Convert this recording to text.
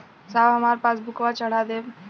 साहब हमार पासबुकवा चढ़ा देब?